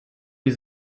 die